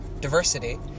diversity